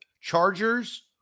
chargers